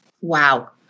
Wow